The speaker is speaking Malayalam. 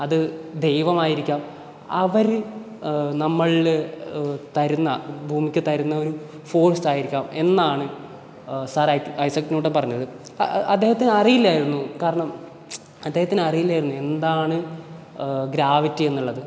അത് ദൈവമായിരിക്കാം അവർ നമ്മളിൽ തരുന്ന ഭൂമിക്ക് തരുന്ന ഒരു ഫോഴ്സായിരിക്കാം എന്നാണ് സർ ഐസക്ക് ന്യൂട്ടൻ പറഞ്ഞത് അദ്ദേഹത്തിനറിയില്ലായിരുന്നു കാരണം അദ്ദേഹത്തിനറിയില്ലായിരുന്നു എന്താണ് ഗ്രാവിറ്റി എന്നുള്ളത്